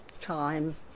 time